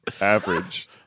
Average